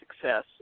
success